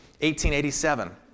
1887